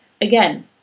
again